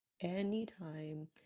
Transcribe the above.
Anytime